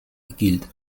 gilt